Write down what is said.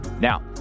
Now